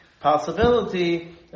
possibility